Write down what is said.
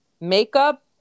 makeup